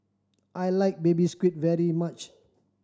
I like Baby Squid very much